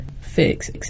fix